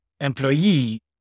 employee